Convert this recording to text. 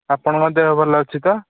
ଆପଣଙ୍କ ଦେହ ଭଲ ଅଛି ତ